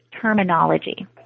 terminology